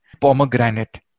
pomegranate